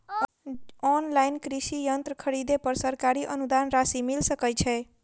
Online कृषि यंत्र खरीदे पर सरकारी अनुदान राशि मिल सकै छैय?